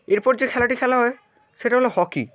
এরপর যে খেলাটি খেলা হয় সেটা হলো হকি